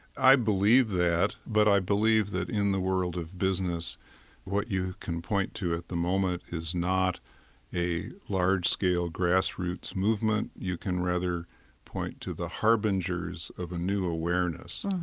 i believe that, but i believe that in the world of business what you can point to at the moment is not a large-scale grassroots movement. you can rather point to the harbingers of a new awareness,